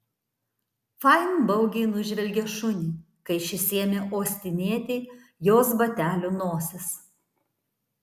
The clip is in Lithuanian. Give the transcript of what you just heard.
fain baugiai nužvelgė šunį kai šis ėmė uostinėti jos batelių nosis